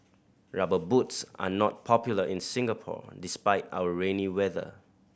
Rubber Boots are not popular in Singapore despite our rainy weather